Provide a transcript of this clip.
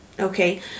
Okay